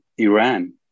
Iran